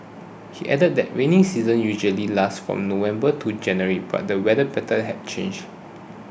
he added that rainy season usually lasts from November to January but the weather patterns had changed